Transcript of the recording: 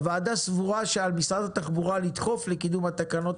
הוועדה סבורה שעל משרד התחבורה לדחוף לקידום התקנות